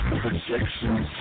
projections